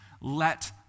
let